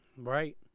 Right